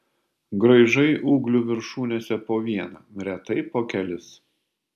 graižai ūglių viršūnėse po vieną retai po kelis